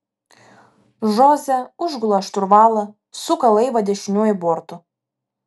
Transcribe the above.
žoze užgula šturvalą suka laivą dešiniuoju bortu